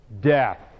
death